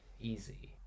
easy